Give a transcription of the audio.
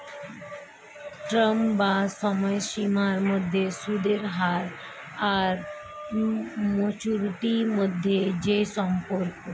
term বা সময়সীমার মধ্যে সুদের হার আর ম্যাচুরিটি মধ্যে যে সম্পর্ক